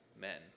men